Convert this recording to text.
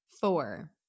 four